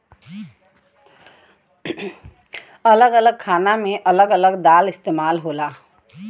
अलग अलग खाना मे अलग अलग दाल इस्तेमाल होला